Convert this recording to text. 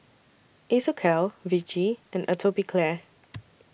Isocal Vichy and Atopiclair